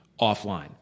offline